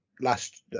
Last